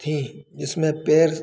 थीं जिसमें पैर